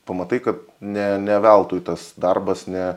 pamatai kad ne ne veltui tas darbas ne